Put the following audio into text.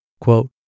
Quote